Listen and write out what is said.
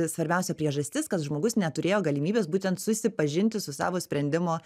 svarbiausia priežastis kad žmogus neturėjo galimybės būtent susipažinti su savo sprendimo